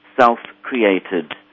self-created